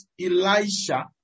Elisha